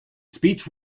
speech